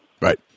Right